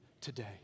today